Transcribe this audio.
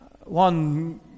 one